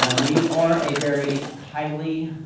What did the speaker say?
um we are a very highly